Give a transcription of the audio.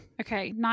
Okay